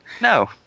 No